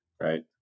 Right